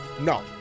no